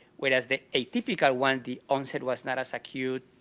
whereas the atypical one, the onset was not as acute,